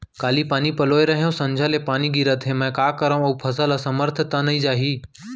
काली पानी पलोय रहेंव, संझा ले पानी गिरत हे, मैं का करंव अऊ फसल असमर्थ त नई जाही?